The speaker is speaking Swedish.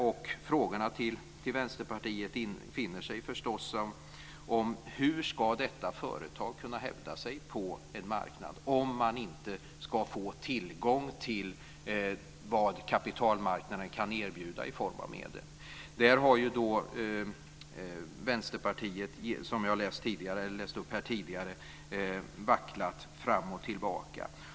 De frågor till Vänsterpartiet som infinner sig är förstås: Hur ska detta företag kunna hävda sig på en marknad om man inte ska få tillgång till vad kapitalmarknaden kan erbjuda i form av medel? Vänsterpartiet har ju där, som jag läste upp här tidigare, vacklat fram och tillbaka.